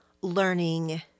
learning